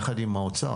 יחד עם האוצר.